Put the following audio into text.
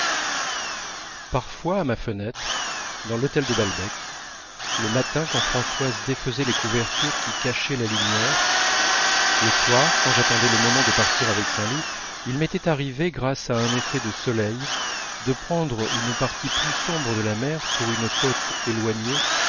parfois à ma fenêtre dans l'hôtel de balbec le matin quand françoise défaisait les couvertures qui cachaient la lumière le soir quand j'attendais le moment de partir avec saint loup il m'était arrivé grâce à un effet de soleil de prendre une partie plus sombre de la mer pour une côte éloignée